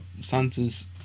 Santa's